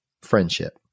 friendship